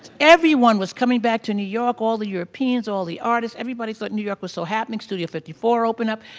everyone was coming back to new york all the europeans, all the artists. everybody so rhought new york was so happening, studio fifty four opened up.